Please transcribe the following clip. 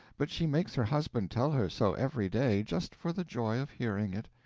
but she makes her husband tell her so every day, just for the joy of hearing it.